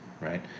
right